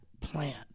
plant